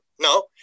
no